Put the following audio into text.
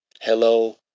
Hello